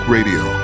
Radio